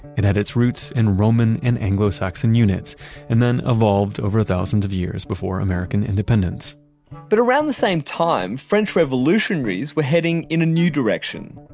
it had its roots in roman and anglo-saxon units and then evolved over thousands of years before american independence but around the same time, french revolutionaries were heading in a new direction.